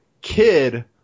kid